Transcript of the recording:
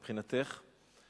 מבחינתך.